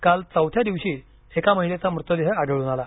काल चौथ्या दिवशी एका महिलेचा मृतदेह आढळून आला